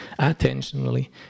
attentionally